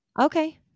Okay